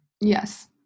Yes